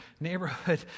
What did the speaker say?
neighborhood